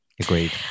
Agreed